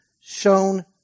shown